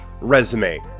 resume